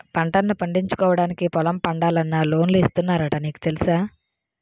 పంటల్ను పండించుకోవడానికి పొలం పండాలన్నా లోన్లు ఇస్తున్నారట నీకు తెలుసా?